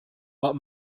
what